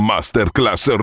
Masterclass